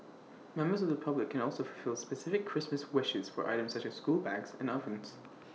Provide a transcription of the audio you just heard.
members of the public can also fulfil specific Christmas wishes for items such as school bags and ovens